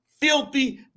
filthy